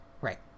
Right